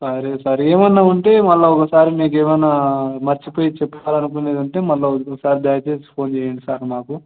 సరే సార్ ఏమైనా ఉంటే మళ్ళీ ఒకసారి మీకేమైనా మర్చిపోయి చెప్పాలనుకున్నవి ఉంటే మళ్ళీ ఒ ఒకసారి దయచేసి ఫోన్ చెయ్యండి సార్ మాకు